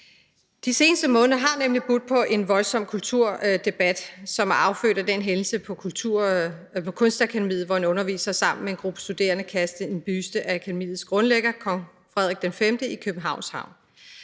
De seneste måneder har nemlig budt på en voldsom kulturdebat, som er affødt af den hændelse på Kunstakademiet, hvor en underviser sammen med en gruppe studerende kastede en buste af akademiets grundlægger, kong Frederik V, i Københavns havn.